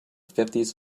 fifties